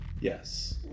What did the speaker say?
Yes